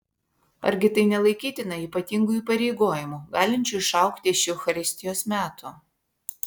argi tai nelaikytina ypatingu įpareigojimu galinčiu išaugti iš eucharistijos metų